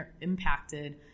impacted